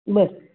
बरं